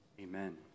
Amen